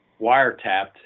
wiretapped